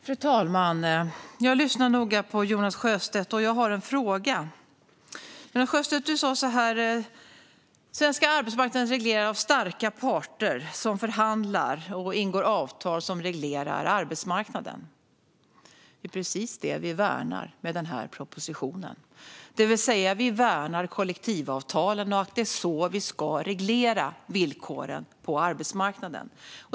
Fru talman! Jag lyssnade nog på Jonas Sjöstedt, och jag har en fråga. Du sa så här, Jonas Sjöstedt: Den svenska arbetsmarknaden regleras av starka parter som förhandlar och ingår avtal som reglerar arbetsmarknaden. Det är precis detta vi värnar med denna proposition. Vi värnar kollektivavtalen och att det är så vi ska reglera villkoren på arbetsmarknaden.